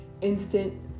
instant